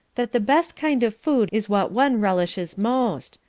that the best kind of food is what one relishes most.